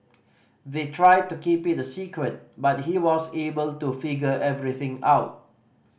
they tried to keep it a secret but he was able to figure everything out